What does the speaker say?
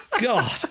God